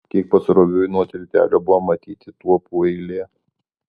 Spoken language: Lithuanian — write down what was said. kiek pasroviui nuo tiltelio buvo matyti tuopų eilė